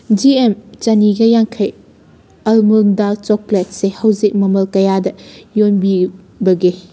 G M ꯆꯅꯤꯒ ꯌꯥꯡꯈꯩ ꯑꯜꯃꯨꯜ ꯗꯥꯔꯛ ꯆꯣꯀ꯭ꯂꯦꯠꯁꯤ ꯍꯧꯖꯤꯛ ꯃꯃꯜ ꯀꯌꯥꯗ ꯌꯣꯟꯕꯤꯕꯒꯦ